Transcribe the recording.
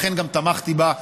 ולכן גם תמכתי בה,